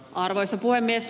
arvoisa puhemies